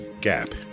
gap